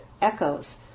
echoes